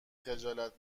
خجالت